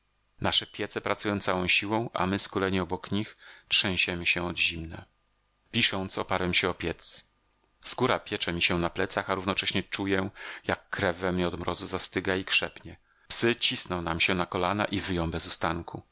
nasze piece pracują całą siłą a my skuleni obok nich trzęsiemy się od zimna pisząc oparłem się o piec skóra piecze mi się na plecach a równocześnie czuję jak krew we mnie od mrozu zastyga i krzepnie psy cisną nam się na kolana i wyją bez ustanku